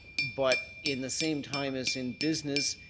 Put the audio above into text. but in the same time as in business,